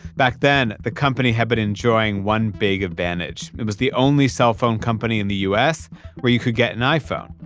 back then, the company had been enjoying one big advantage, it was the only cell phone company in the us where you could get an iphone.